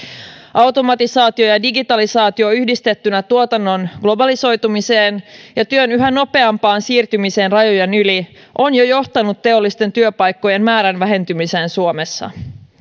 automatisaatio ja digitalisaatio yhdistettynä tuotannon globalisoitumiseen ja työn yhä nopeampaan siirtymiseen rajojen yli ovat jo johtaneet teollisten työpaikkojen määrän vähentymiseen suomessa